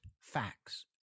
facts